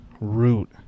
root